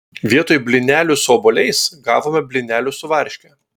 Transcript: vietoj blynelių su obuoliais gavome blynelių su varške